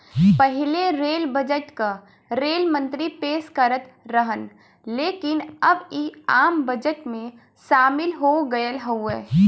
पहिले rail budget क rail मंत्री पेश करत रहन लेकिन अब इ आम बजट में शामिल हो गयल हउवे